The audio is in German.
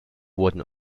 wurden